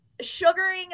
sugaring